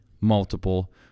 multiple